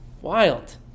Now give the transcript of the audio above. Wild